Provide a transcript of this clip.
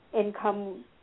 income